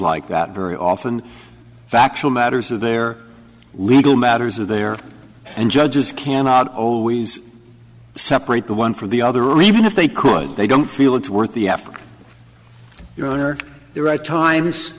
like that very often factual matters of their legal matters are there and judges cannot always separate the one from the other or even if they could they don't feel it's worth the effort your honor there are times